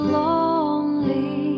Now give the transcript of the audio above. lonely